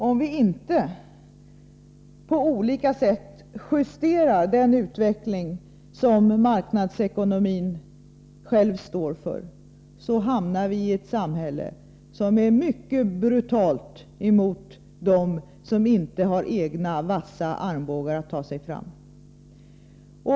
Om vi inte på olika sätt justerar den utveckling som marknadsekonomin själv står för hamnar vi i ett samhälle som är mycket brutalt mot dem som inte har egna vassa armbågar att ta sig fram med.